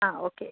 ആ ഓക്കെ